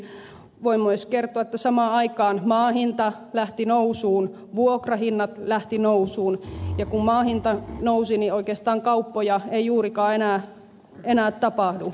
voin myös kertoa että samaan aikaan maan hinta lähti nousuun vuokrahinnat lähtivät nousuun ja kun maan hinta nousi niin oikeastaan kauppoja ei juurikaan enää tapahdu